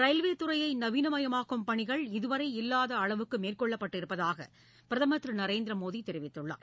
railway துறையை நவீனமயமாக்கும் பணிகள் இதுவரை இல்லாத அளவுக்கு மேற்கொள்ளப்பட்டு இருப்பதாக பிரதமர் திரு நரேந்திர மோடி தெரிவித்துள்ளார்